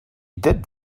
did